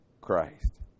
Christ